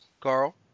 Carl